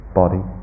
body